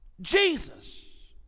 Jesus